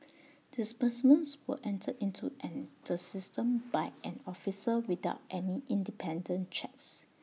disbursements were entered into an the system by an officer without any independent checks